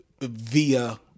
via